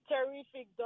Terrific